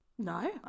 No